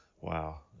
Wow